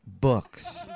books